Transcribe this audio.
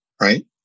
right